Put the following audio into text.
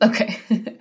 Okay